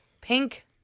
Pink